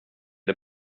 dig